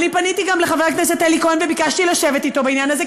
אני פניתי גם לחבר הכנסת אלי כהן וביקשתי לשבת אתו בעניין הזה,